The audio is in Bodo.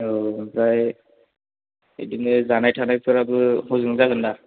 औ आमफ्राय बिदिनो जानाय थानायफोराबो हजोंनो जागोन ना